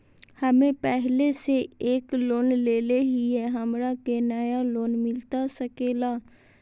हमे पहले से एक लोन लेले हियई, हमरा के नया लोन मिलता सकले हई?